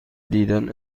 دیدن